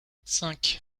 cinq